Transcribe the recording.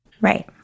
Right